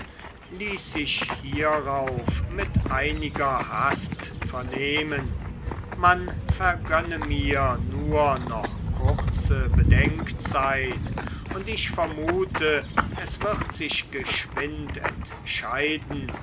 ließ sich hierauf mit einiger hast vernehmen man vergönne mir nur noch kurze bedenkzeit und ich vermute es wird sich geschwind entscheiden